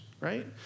right